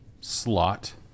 slot